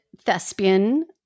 thespian